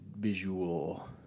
visual